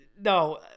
No